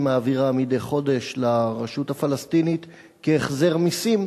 מעבירה מדי חודש לרשות הפלסטינית כהחזר מסים,